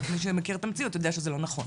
רק מי שמכיר את המציאות יודע שזה לא נכון,